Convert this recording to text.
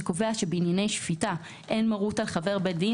שקובע שבענייני שפיטה אין מרות על חבר בית דין,